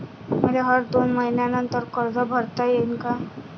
मले हर दोन मयीन्यानंतर कर्ज भरता येईन का?